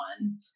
one